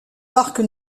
parc